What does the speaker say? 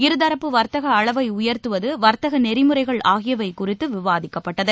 இருதரப்பு வர்த்தக அளவை உயர்த்துவது வர்த்தக நெறிமுறைகள் ஆகியவை குறித்து விவாதிக்கப்பட்டது